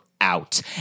out